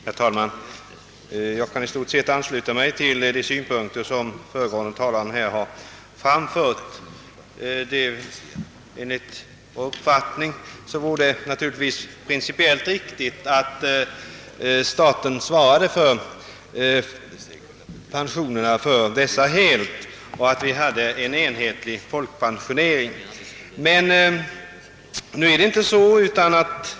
Herr talman! Jag kan i stort sett ansluta mig till de synpunkter, som föregående talare här har framfört. Enligt vår mening vore det principiellt riktigt att staten svarade helt för pensionerna, att vi alltså hade en enhetlig folkpensionering. Men nu är det inte så.